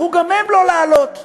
ועוד דפוסים מאפיינים של